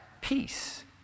peace